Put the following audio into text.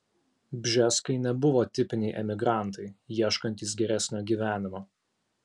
bžeskai nebuvo tipiniai emigrantai ieškantys geresnio gyvenimo